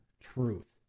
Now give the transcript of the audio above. truth